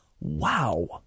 Wow